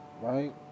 right